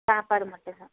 சாப்பாடு மட்டுந்தான்